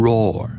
Roar